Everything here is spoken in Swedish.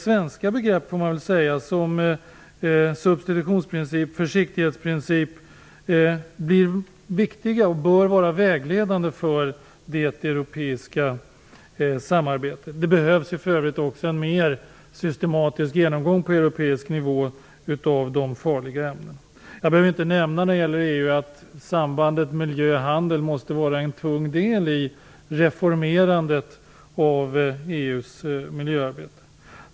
Svenska begrepp, får man väl säga, som substitutionsprincip och försiktighetsprincip blir viktiga och bör vara vägledande för det europeiska samarbetet. Det behövs för övrigt också en mer systematisk genomgång på europeisk nivå av de farliga ämnena. Jag behöver inte nämna när det gäller EU att samarbetet miljö-handel måste vara en tung del i reformerandet av EU:s miljöarbete.